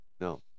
No